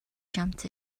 jumped